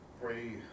pray